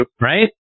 Right